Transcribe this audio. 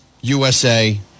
USA